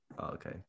Okay